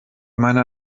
meiner